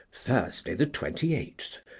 thursday the twenty eighth,